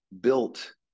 built